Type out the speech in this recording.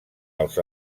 als